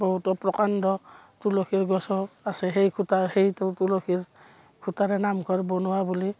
বহুতো প্ৰকাণ্ড তুলসীৰ গছো আছে সেই খুঁটা সেইটো তুলসীৰ খুঁটাৰে নামঘৰ বনোৱা বুলি